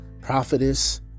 prophetess